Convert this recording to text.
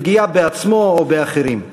לפגיעה בעצמו או באחרים.